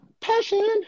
Passion